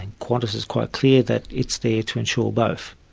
and qantas is quite clear that it's there to ensure both,